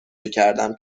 میکردم